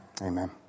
Amen